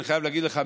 אני חייב להגיד לך,